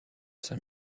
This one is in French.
saint